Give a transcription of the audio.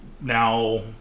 Now